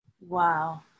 Wow